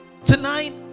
tonight